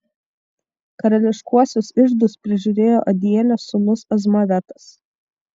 karališkuosius iždus prižiūrėjo adielio sūnus azmavetas